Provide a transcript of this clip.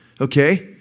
Okay